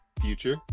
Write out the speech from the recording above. future